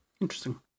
interesting